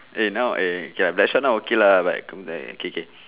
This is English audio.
eh now eh K Blackshot now okay lah like come to ah K K